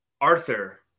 arthur